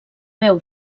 peu